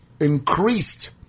increased